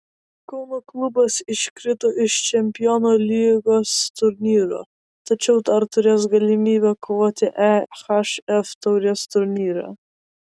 kauno klubas iškrito iš čempionų lygos turnyro tačiau dar turės galimybę kovoti ehf taurės turnyre